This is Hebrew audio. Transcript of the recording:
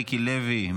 מיקי לוי,